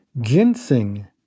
Ginseng